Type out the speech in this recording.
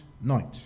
night